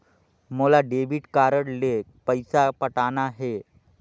मोला debit card ले पइसा पटाना हे?